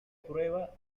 prueba